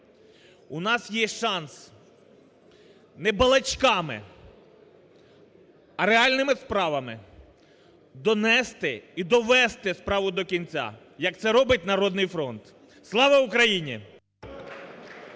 у нас є шанс не балачками, а реальними справами донести і довести справу до кінця, як це робить "Народний фронт". Слава Україні!